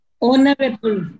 Honorable